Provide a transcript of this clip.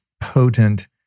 potent